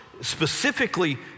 specifically